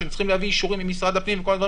אישור ממשרד פנים ועוד,